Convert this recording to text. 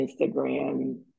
Instagram